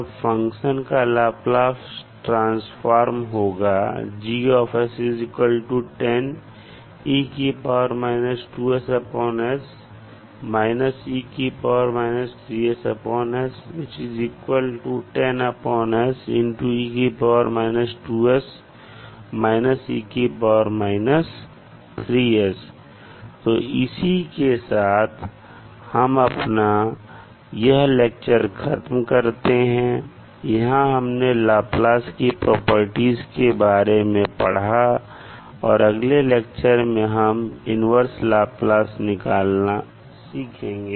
अब फंक्शन का Laplace transformer होगा तो इसी के साथ हम अपना यह लेक्चर खत्म करते हैं जहां हमने लाप्लास की प्रॉपर्टीज के बारे में पढ़ा और अगले लेक्चर में हम इन्वर्स लाप्लास निकालना सीखेंगे